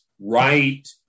right